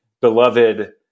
beloved